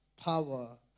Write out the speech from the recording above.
power